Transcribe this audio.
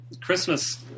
christmas